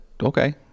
okay